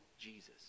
Jesus